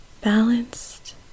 balanced